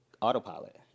autopilot